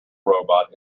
robot